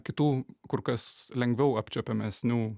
kitų kur kas lengviau apčiuopiamesnių